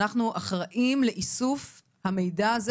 אנחנו אחראים לאיסוף המידע הזה,